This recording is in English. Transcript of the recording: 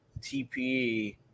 TPE